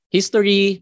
History